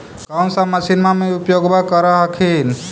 कौन सा मसिन्मा मे उपयोग्बा कर हखिन?